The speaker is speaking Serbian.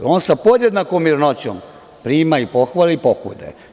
On sa podjednakom mirnoćom prima i pohvale i pokude.